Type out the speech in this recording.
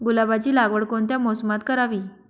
गुलाबाची लागवड कोणत्या मोसमात करावी?